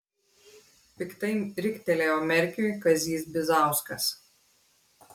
piktai riktelėjo merkiui kazys bizauskas